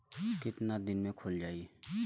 कितना दिन में खुल जाई?